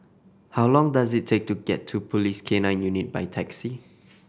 how long does it take to get to Police K Nine Unit by taxi